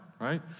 right